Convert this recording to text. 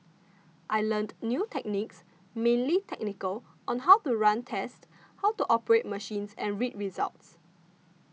I learnt new techniques mainly technical on how to run tests how to operate machines and read results